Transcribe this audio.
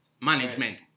Management